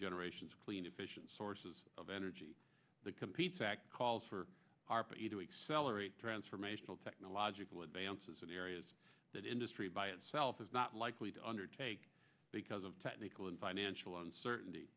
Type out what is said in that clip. generations clean efficient sources of energy that competes act calls for a to accelerate transformational technological advances in areas that industry by itself is not likely to undertake because of technical and financial uncertainty